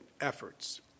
efforts